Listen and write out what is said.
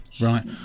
Right